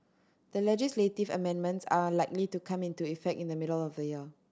the legislative amendments are likely to come into effect in the middle of the year